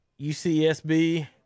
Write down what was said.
UCSB